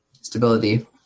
stability